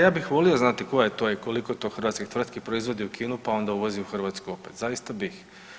Da, ja bih volio znati koja je to i koliko to hrvatskih tvrtki proizvodi u Kinu pa onda uvozi u Hrvatsku opet, zaista bih.